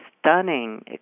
stunning